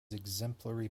exemplary